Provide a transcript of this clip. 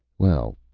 well,